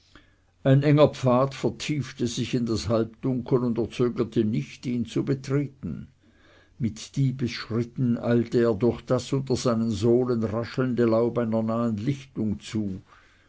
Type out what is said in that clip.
ein enger pfad vertiefte sich in das halbdunkel und er zögerte nicht ihn zu betreten mit diebesschritten eilte er durch das unter seinen sohlen raschelnde laub einer nahen lichtung zu